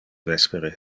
vespere